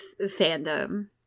fandom